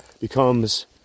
becomes